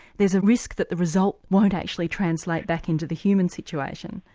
there's a risk that the result won't actually translate back into the human situation.